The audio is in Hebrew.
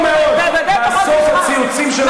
טוב מאוד: בסוף הציוצים של הברנז'ה,